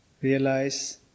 realize